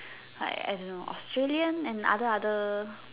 like I don't know Australian and other other